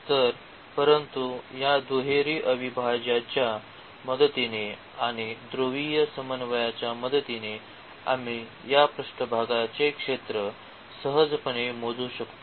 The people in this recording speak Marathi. तर परंतु या दुहेरी अविभाज्याच्या मदतीने आणि ध्रुवीय समन्वयांच्या मदतीने आम्ही या पृष्ठभागाचे क्षेत्र सहजपणे मोजू शकतो